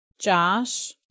Josh